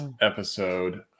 episode